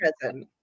present